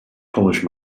polish